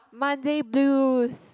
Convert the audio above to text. Monday blues